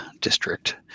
district